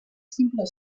simple